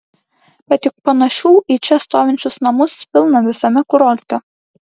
bet juk panašių į čia stovinčius namus pilna visame kurorte